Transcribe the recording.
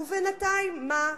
ובינתיים, מה?